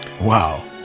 Wow